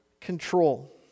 control